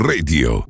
Radio